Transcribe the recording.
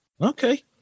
Okay